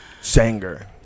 Sanger